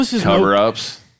Cover-ups